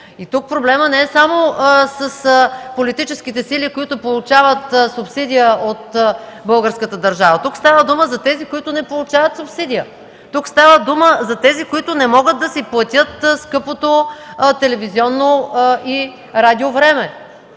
Тук проблемът не е само с политическите сили, които получават субсидия от българската държава, става дума за тези, които не получават субсидия. Става дума за тези, които не могат да си платят скъпото телевизионно и радио време.